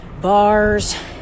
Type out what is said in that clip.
bars